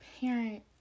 parent